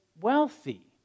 wealthy